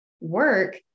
work